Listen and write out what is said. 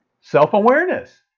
Self-awareness